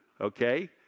Okay